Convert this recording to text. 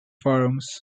forums